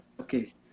Okay